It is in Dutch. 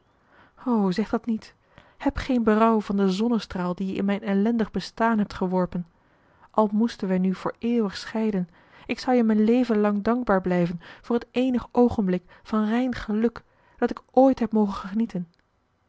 zeg dat niet heb geen berouw van den zonnestraal dien je in mijn ellendig bestaan hebt geworpen al moesten wij nu voor eeuwig scheiden ik zou je mijn leven lang dankbaar blijven voor het eenig oogenblik van rein geluk dat ik ooit heb mogen genieten